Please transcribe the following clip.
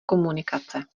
komunikace